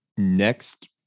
Next